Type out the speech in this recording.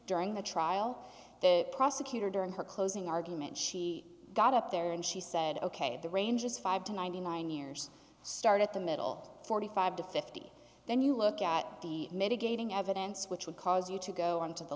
during the trial the prosecutor during her closing argument she got up there and she said ok the range is five to ninety nine years start at the middle forty five dollars to fifty dollars then you look at the mitigating evidence which would cause you to go on to the